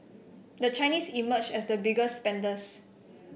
the Chinese emerged as the biggest spenders